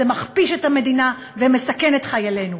זה מכפיש את המדינה ומסכן את חיילינו.